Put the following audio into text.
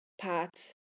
paths